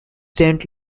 saint